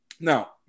Now